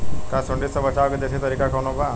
का सूंडी से बचाव क देशी तरीका कवनो बा?